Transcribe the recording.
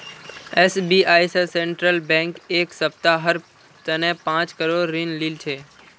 SBI स central bank एक सप्ताहर तने पांच करोड़ ऋण लिल छ